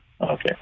Okay